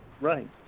Right